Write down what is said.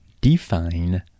Define